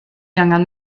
angan